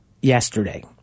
yesterday